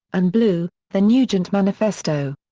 and blue the nugent manifesto.